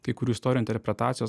kai kurių istorijų interpretacijos